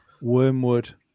wormwood